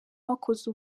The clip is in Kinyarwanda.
wakoze